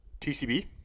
TCB